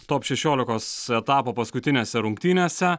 top šešiolikos etapo paskutinėse rungtynėse